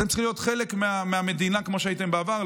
אתם צריכים להיות חלק מהמדינה, כמו שהייתם בעבר.